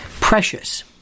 precious